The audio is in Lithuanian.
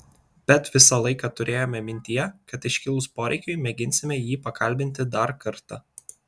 bet visą laiką turėjome mintyje kad iškilus poreikiui mėginsime jį pakalbinti dar kartą